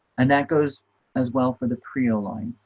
and that goes as well for the prio line.